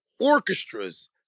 orchestras